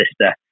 sister